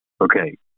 Okay